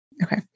Okay